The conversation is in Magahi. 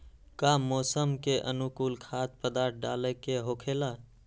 का मौसम के अनुकूल खाद्य पदार्थ डाले के होखेला?